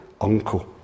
uncle